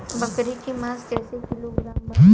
बकरी के मांस कईसे किलोग्राम बा?